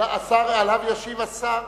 עליה ישיב השר,